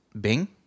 Bing